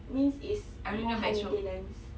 means is more high maintenance